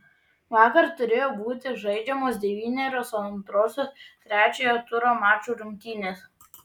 vakar turėjo būti žaidžiamos devynerios antrosios trečiojo turo mačų rungtynės